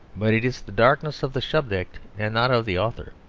but it is the darkness of the subject and not of the author.